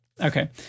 Okay